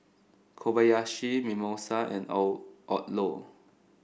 Kobayashi Mimosa and Odlo